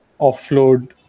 offload